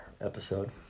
episode